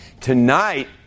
Tonight